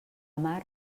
mar